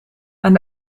aan